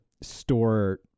store